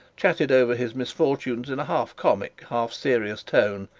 chatted over his misfortunes in a half comic, half serious tone,